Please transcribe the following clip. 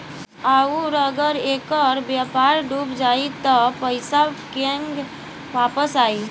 आउरु अगर ऐकर व्यापार डूब जाई त पइसा केंग वापस आई